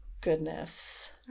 goodness